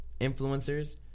influencers